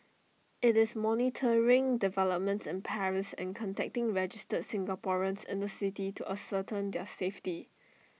IT is monitoring developments in Paris and contacting registered Singaporeans in the city to ascertain their safety